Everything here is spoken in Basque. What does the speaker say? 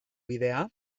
bidea